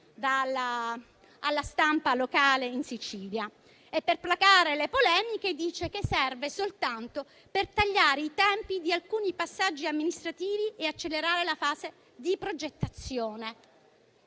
alla stampa locale in Sicilia. Per placare le polemiche dice che serve soltanto per tagliare i tempi di alcuni passaggi amministrativi e accelerare la fase di progettazione.